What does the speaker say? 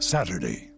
Saturday